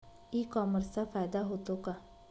E कॉमर्सचा फायदा होतो का?